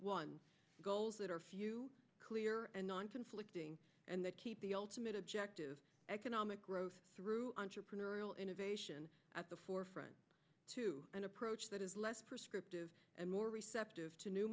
goals that are clear and non conflicting and they keep the ultimate objective economic growth through entrepreneurial innovation at the forefront to an approach that is less prescriptive and more receptive to new